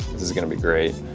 this is gonna be great.